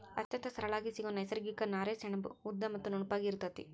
ಅತ್ಯಂತ ಸರಳಾಗಿ ಸಿಗು ನೈಸರ್ಗಿಕ ನಾರೇ ಸೆಣಬು ಉದ್ದ ಮತ್ತ ನುಣುಪಾಗಿ ಇರತತಿ